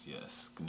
yes